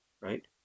right